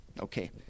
okay